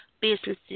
businesses